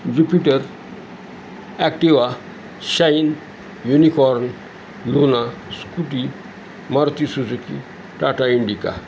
Jupiter Activa Shine Unicorn Luna Scooty Maruti Suzuki Tata indica